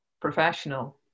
professional